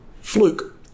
fluke